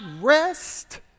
rest